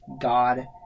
God